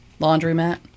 Laundromat